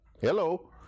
Hello